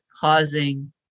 causing